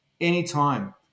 anytime